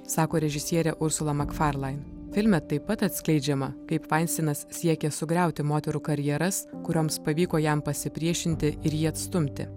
sako režisierė ursula makfarlain filme taip pat atskleidžiama kaip vainstinas siekė sugriauti moterų karjeras kurioms pavyko jam pasipriešinti ir jį atstumti